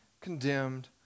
condemned